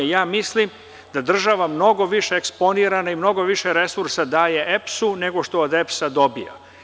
Ja mislim da je država mnogo više eksponirana i mnogo više resursa daje EPS-u, nego što od EPS-a dobija.